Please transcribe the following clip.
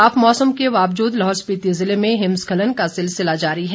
साफ मौसम के बावजूद लाहौल स्पिति जिले में हिमस्खलन का सिलसिला जारी है